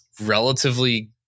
relatively